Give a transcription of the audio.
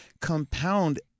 compound